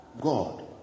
God